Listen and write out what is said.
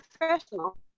professional